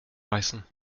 beißen